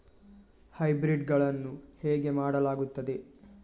Hybrid ಗಳನ್ನು ಹೇಗೆ ಮಾಡಲಾಗುತ್ತದೆ?